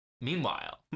Meanwhile